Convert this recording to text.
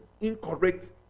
incorrect